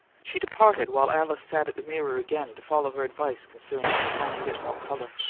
she departed, while alice sat at the mirror again, to follow her advice concerning a tiny bit more colour.